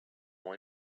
ont